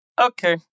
Okay